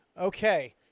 Okay